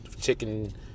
chicken